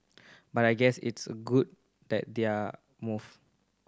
but I guess it's good that they are move